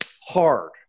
hard